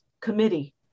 Committee